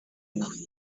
میافته